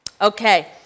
Okay